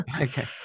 Okay